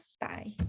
Bye